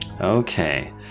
Okay